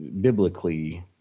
biblically